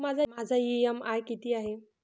माझा इ.एम.आय किती आहे?